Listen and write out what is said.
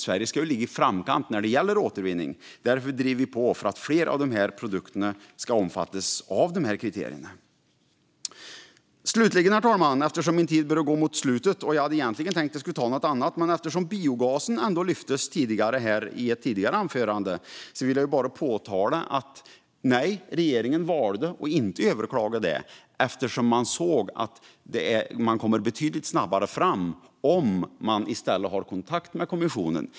Sverige ska ju ligga i framkant när det gäller återvinning, och därför driver vi på för att fler av de här produkterna ska omfattas av kriterierna. Herr talman! Jag hade egentligen tänkt prata om något annat, men eftersom biogasen lyftes i ett tidigare anförande vill jag bara påpeka att regeringen valde att inte överklaga eftersom man såg att man kommer betydligt snabbare fram om man i stället har kontakt med kommissionen.